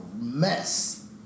mess